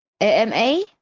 AMA